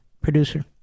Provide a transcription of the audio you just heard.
Producer